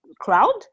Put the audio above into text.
crowd